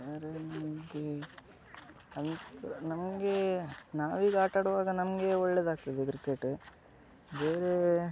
ಬೇರೆ ನನ್ಗೇ ನಮ್ಗೆ ನಮಗೆ ನಾವೀಗ ಆಟಾಡುವಾಗ ನಮಗೆ ಒಳ್ಳೆದು ಆಗ್ತದೆ ಕ್ರಿಕೆಟ್ ಬೇರೆ